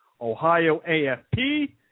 OhioAFP